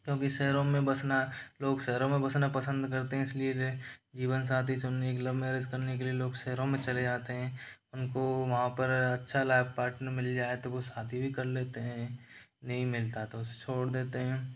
क्योंकि शहरों में बसना लोग शहरों में बसना पसंद करते हैं इसलिए जीवनसाथी चुनने के लव मैरिज करने के लिए लोग शहरों में चले जाते हैं उनको वहाँ पर अच्छा लाइफ पार्टनर मिल जाए तो वह शादी भी कर लेते हैं नहीं मिलता तो छोड़ देते हैं